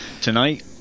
tonight